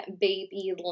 baby